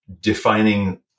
defining